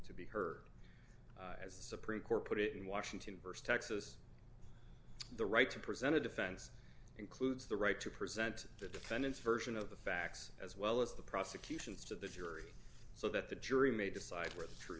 to be heard as the supreme court put it in washington verse texas the right to present a defense includes the right to present the defendant's version of the facts as well as the prosecution's to the jury so that the jury may decide where the tr